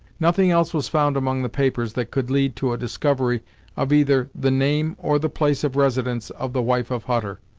nothing else was found among the papers that could lead to a discovery of either the name or the place of residence of the wife of hutter.